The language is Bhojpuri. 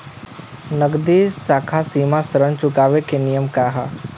नगदी साख सीमा ऋण चुकावे के नियम का ह?